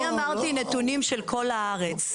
אני אמרתי נתונים של כל הארץ.